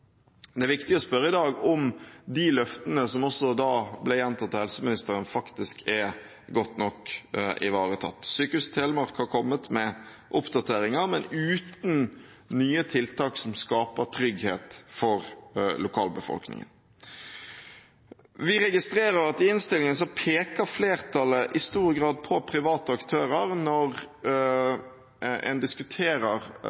Det er viktig å spørre i dag om de løftene som også da ble gjentatt av helseministeren, faktisk er godt nok ivaretatt. Sykehuset Telemark har kommet med oppdateringer, men uten nye tiltak som skaper trygghet for lokalbefolkningen. Vi registrerer at i innstillingen peker flertallet i stor grad på private aktører når en diskuterer